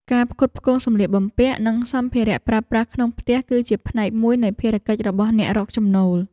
ការផ្គត់ផ្គង់សម្លៀកបំពាក់ និងសម្ភារៈប្រើប្រាស់ក្នុងផ្ទះ គឺជាផ្នែកមួយនៃភារកិច្ចរបស់អ្នករកចំណូល។